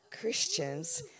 Christians